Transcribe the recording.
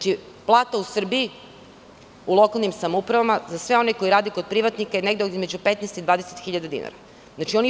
Plata u Srbiji, u lokalnim samoupravama, za sve one koji rade kod privatnika je negde između 15 i 20 hiljada dinara.